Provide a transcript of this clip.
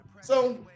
so-